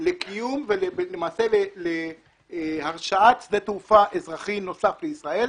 לקיום ולמעשה להרשאת שדה תעופה אזרחי נוסף לישראל,